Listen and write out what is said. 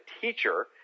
teacher –